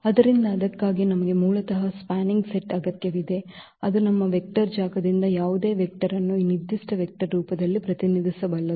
ಆದ್ದರಿಂದ ಅದಕ್ಕಾಗಿ ನಮಗೆ ಮೂಲತಃ ಸ್ಪ್ಯಾನಿಂಗ್ ಸೆಟ್ ಅಗತ್ಯವಿದೆ ಅದು ನಮ್ಮ ವೆಕ್ಟರ್ ಜಾಗದಿಂದ ಯಾವುದೇ ವೆಕ್ಟರ್ ಅನ್ನು ಈ ನಿರ್ದಿಷ್ಟ ವೆಕ್ಟರ್ ರೂಪದಲ್ಲಿ ಪ್ರತಿನಿಧಿಸಬಲ್ಲದು